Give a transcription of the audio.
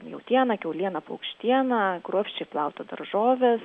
jautieną kiaulieną paukštieną kruopščiai plauti daržoves